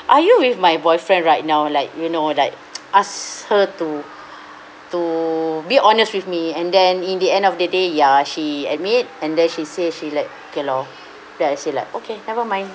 are you with my boyfriend right now like you know like ask her to to be honest with me and then in the end of the day ya she admit and then she say she like okay lor then I say like okay never mind